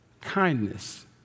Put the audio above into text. kindness